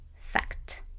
Fact